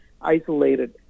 isolated